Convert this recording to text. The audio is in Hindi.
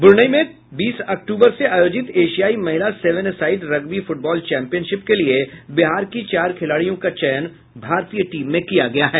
ब्रनई में बीस अक्टूबर से आयोजित एशियाई महिला seven a side rugby football championship के लिये बिहार की चार खिलाड़ियों का चयन भारतीय टीम में किया गया है